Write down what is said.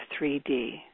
3D